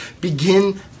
begin